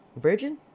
virgin